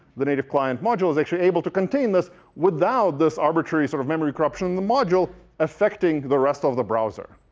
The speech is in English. the native client module is actually able to contain this without this arbitrary sort of memory corruption in the module affecting the rest of the browser.